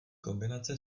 kombinace